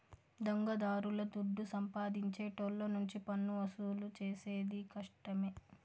దొంగదారుల దుడ్డు సంపాదించేటోళ్ళ నుంచి పన్నువసూలు చేసేది కష్టమే